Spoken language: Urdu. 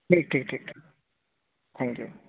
ٹھیک ٹھیک ٹھیک تھینک یو